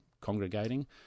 congregating